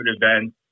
events